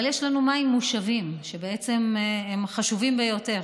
אבל יש לנו מים מושבים, שהם חשובים ביותר.